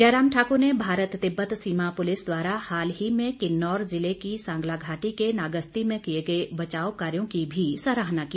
जयराम ठाकुर ने भारत तिब्बत सीमा पुलिस द्वारा हाल ही में किन्नौर जिले की सांगला घाटी के नागस्ती में किए गए बचाव कार्यो की भी सराहना की